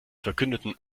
verkündeten